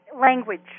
language